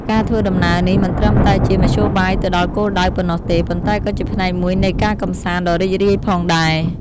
ការធ្វើដំណើរនេះមិនត្រឹមតែជាមធ្យោបាយទៅដល់គោលដៅប៉ុណ្ណោះទេ ប៉ុន្តែក៏ជាផ្នែកមួយនៃការកម្សាន្តដ៏រីករាយផងដែរ។